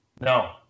no